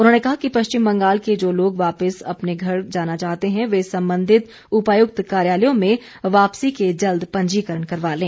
उन्होंने कहा कि पश्चिम बंगाल के जो लोग वापिस अपने घर जाना चाहते हैं ये संबंधित उपायुक्त कार्यालयों में वापिसी के जल्द पंजीकरण करवा लें